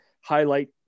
highlight